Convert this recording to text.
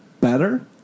Better